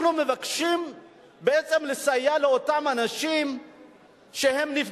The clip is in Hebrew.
אנחנו מבקשים בעצם לסייע לאותם אנשים שנפגעו,